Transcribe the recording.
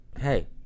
hey